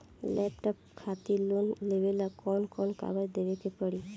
Laptop खातिर loan लेवे ला कौन कौन कागज देवे के पड़ी?